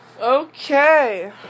Okay